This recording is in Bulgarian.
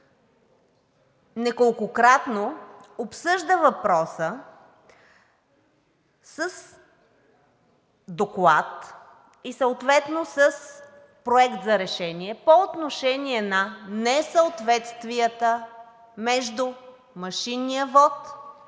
неколкократно обсъжда въпроса с доклад и съответно с проект за решение по отношение на несъответствията между машинния вот и съответното